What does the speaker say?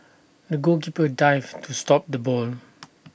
the goalkeeper dived to stop the ball